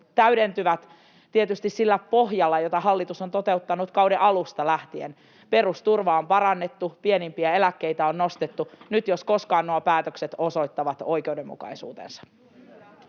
täydentyvät tietysti sillä pohjalla, jota hallitus on toteuttanut kauden alusta lähtien: perusturvaa on parannettu, pienimpiä eläkkeitä on nostettu. Nyt jos koskaan nuo päätökset osoittavat oikeudenmukaisuutensa.